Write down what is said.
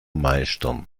meistern